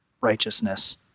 righteousness